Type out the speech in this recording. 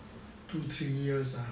two three years ah